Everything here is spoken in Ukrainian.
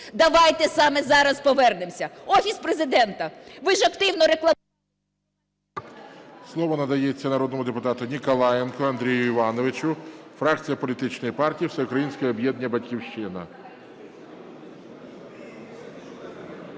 давайте саме зараз повернемося. Офіс Президента, ви ж активно рекламували…